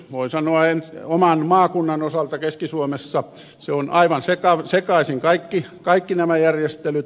voin sanoa oman maakuntani osalta keski suomessa että siellä ovat aivan sekaisin kaikki nämä järjestelyt